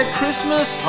Christmas